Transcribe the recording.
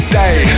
day